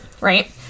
right